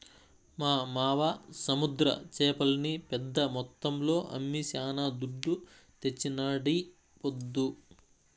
మా మావ సముద్ర చేపల్ని పెద్ద మొత్తంలో అమ్మి శానా దుడ్డు తెచ్చినాడీపొద్దు